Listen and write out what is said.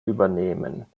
übernehmen